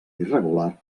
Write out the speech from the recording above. irregular